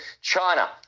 China